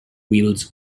wields